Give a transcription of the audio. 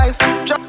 life